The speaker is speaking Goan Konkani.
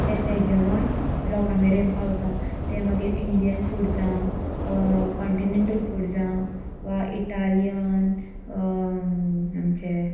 तें तें जेवण लोका मेरेन पावता ते मागीर इंडीयन फूड जावं कोंटिनेंटल फूड जावं वा इटालीयन आमचें